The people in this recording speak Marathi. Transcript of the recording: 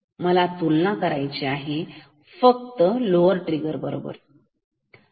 तर मला तुलना करायची आहे फक्त लोवर ट्रिगर पॉईंट बरोबर